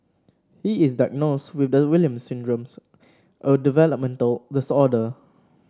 he is diagnosed with the Williams Syndrome's a developmental disorder